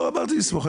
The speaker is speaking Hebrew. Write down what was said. לא אמרתי לסמוך,